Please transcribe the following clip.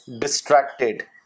distracted